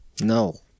No